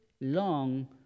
long